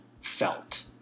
felt